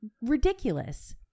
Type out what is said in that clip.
ridiculous